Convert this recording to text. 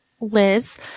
Liz